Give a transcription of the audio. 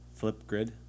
Flipgrid